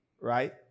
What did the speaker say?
right